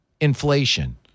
inflation